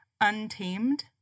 Untamed